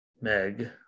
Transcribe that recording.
Meg